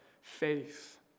faith